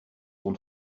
sont